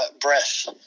Breath